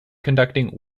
conducting